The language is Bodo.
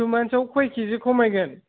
टु मान्थ्सयाव कय कि जि खमायगोन